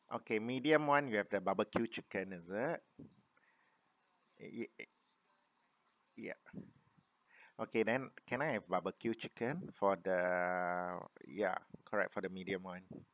okay medium one you have that barbecue chicken is it a yup okay then can I have barbecue chicken for the ya correct for the medium one